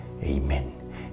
Amen